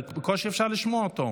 בקושי אפשר לשמוע אותו.